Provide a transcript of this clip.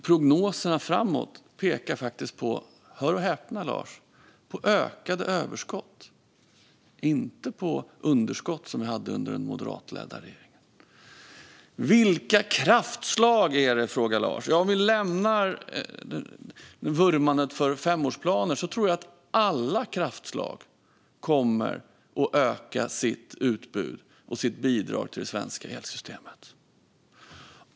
Prognoserna framåt pekar på - hör och häpna, Lars - ökade överskott och inte på underskott, som vi hade under den moderatledda regeringen. Lars frågar: Vilka kraftslag är det? Om vi lämnar vurmandet för femårsplaner tror jag att alla kraftslag kommer att öka sitt utbud och sitt bidrag till det svenska elsystemet.